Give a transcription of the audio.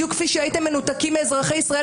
בדיוק כפי שהייתם מנותקים מאזרחי ישראל